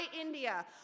India